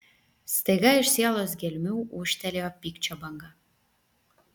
staiga iš sielos gelmių ūžtelėjo pykčio banga